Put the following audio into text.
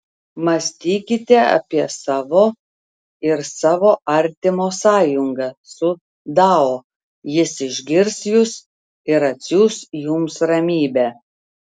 mąstykite apie savo ir savo artimo sąjungą su dao jis išgirs jus ir atsiųs jums ramybę